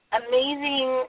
amazing